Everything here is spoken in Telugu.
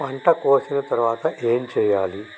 పంట కోసిన తర్వాత ఏం చెయ్యాలి?